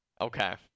okay